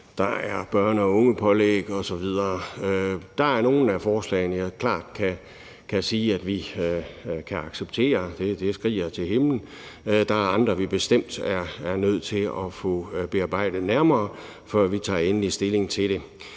der er børne- og ungepålæg osv. Der er nogle af forslagene, jeg klart kan sige at vi kan acceptere. Det skriger til himlen. Der er andre, vi bestemt er nødt til at få bearbejdet nærmere, før vi tager endelig stilling til det.